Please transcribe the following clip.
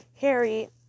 Harry